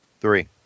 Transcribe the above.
three